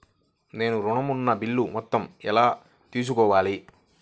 నేను ఋణం ఉన్న బిల్లు మొత్తం ఎలా తెలుసుకోవాలి?